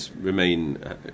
remain